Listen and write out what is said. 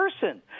person